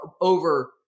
over